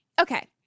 okay